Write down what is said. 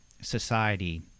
society